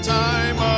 time